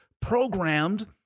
programmed